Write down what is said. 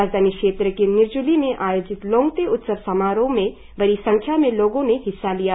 राजधानी क्षेत्र के निरजूली में आयोजित लोंग्ते उत्सव समारोह में बड़ी संख्या में लोगों ने हिस्सा लिया